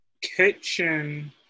kitchen